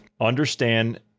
understand